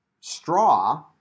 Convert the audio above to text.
straw